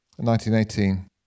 1918